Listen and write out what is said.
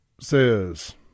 says